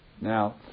Now